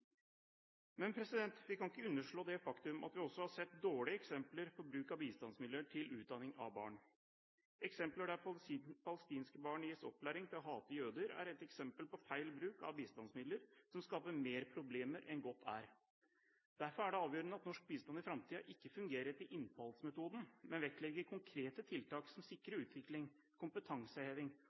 vi kan ikke underslå det faktum at vi også har sett dårlige eksempler på bruk av bistandsmidler til utdanning av barn. Eksempler der palestinske barn gis opplæring i å hate jøder, er et eksempel på feil bruk av bistandsmidler som skaper mer problemer enn godt er. Derfor er det avgjørende at norsk bistand i framtiden ikke fungerer etter innfallsmetoden, men vektlegger konkrete tiltak som sikrer utvikling, kompetanseheving